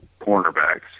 cornerbacks